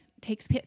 takes